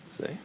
See